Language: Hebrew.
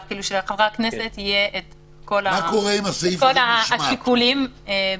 כך שלחברי הכנסת יהיה את כל השיקולים בפניהם.